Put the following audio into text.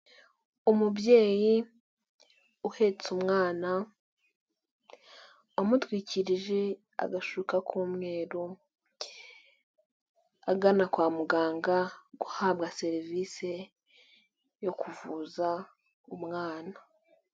Umubyeyi uhetse umwana amutwikirije agashuka k'umweru agana kwa muganga guhabwa serivise yo kuvuza umwana.